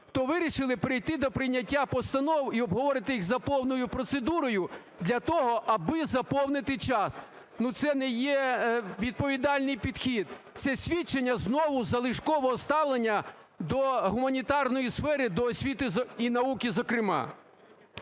то вирішили перейти до прийняття постанов і обговорити їх за повною процедурою для того, аби заповнити час. Ну, це не є відповідальний підхід. Це свідчення знову залишкового ставлення до гуманітарної сфери, до освіти і науки зокрема.